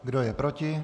Kdo je proti?